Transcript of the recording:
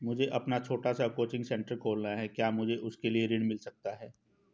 मुझे अपना छोटा सा कोचिंग सेंटर खोलना है क्या मुझे उसके लिए ऋण मिल सकता है?